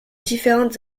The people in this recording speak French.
différentes